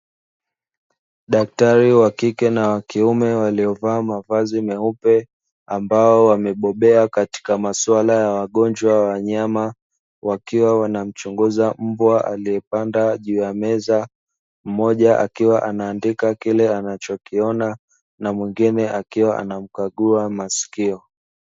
Daktari wa kike na kiume waliovaa mavazi meupe, ambao wamebobea katika magonjwa ya wanyama wakiwa wanamchunguza mbwa aliyepanda juu ya meza, mmoja akiwa anaandika kile anachokiona na mwingine akiwa anamkagua masikio.